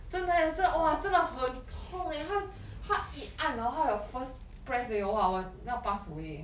真的 eh !wah! 真的哇真的很痛 eh 她她一按 orh 她有 first press 而已哇我要 pass away